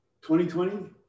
2020